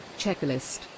Checklist